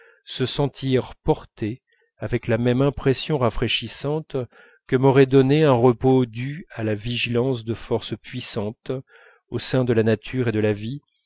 portés avec la même impression rafraîchissante que m'aurait donnée le repos dû à la vigilance de forces puissantes au sein de la nature et de la vie